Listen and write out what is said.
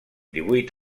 divuit